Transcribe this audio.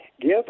give